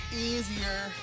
easier